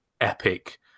epic